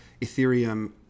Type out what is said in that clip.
Ethereum